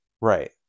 Right